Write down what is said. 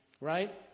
Right